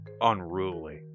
unruly